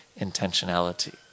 intentionality